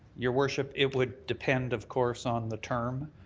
your worship, it would depend, of course, on the term.